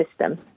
system